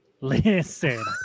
Listen